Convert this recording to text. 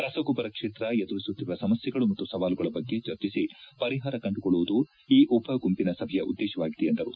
ರಸಗೊಬ್ಬರ ಕ್ಷೇತ್ರ ಎದುರಿಸುತ್ತಿರುವ ಸಮಸ್ಟೆಗಳು ಮತ್ತು ಸವಾಲುಗಳ ಬಗ್ಗೆ ಚರ್ಚಿಸಿ ಪರಿಹಾರ ಕಂಡುಕೊಳ್ಳುವುದು ಈ ಉಪ ಗುಂಪಿನ ಸಭೆಯ ಉದ್ದೇಶವಾಗಿದೆ ಎಂದರು